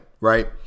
right